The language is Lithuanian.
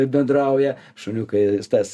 bendrauja šuniukai tas